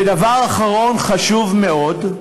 ודבר אחרון חשוב מאוד,